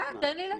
תני לי להתקדם,